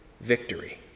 victory